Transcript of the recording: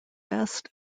best